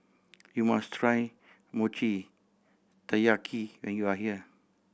you must try Mochi Taiyaki when you are here